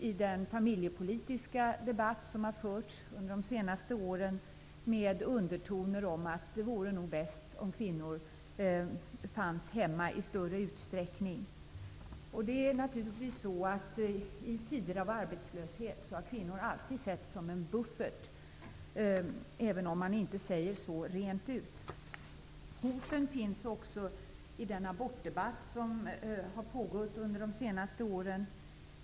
I den familjepolitiska debatt som har förts under de senaste åren finns undertoner om att det nog vore bäst om kvinnor fanns hemma i större utsträckning. I tider av arbetslöshet har kvinnor alltid setts om en buffert -- även om det inte sägs rent ut. Hoten finns också i den abortdebatt som har pågått under de senaste åren.